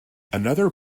another